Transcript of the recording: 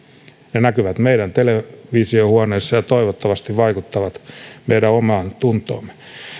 ne näkyvät meidän televisiohuoneissamme ja toivottavasti vaikuttavat meidän omaantuntoomme